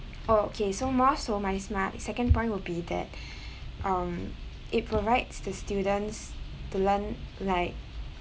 oh okay so my second point would be that um it provides the students to learn like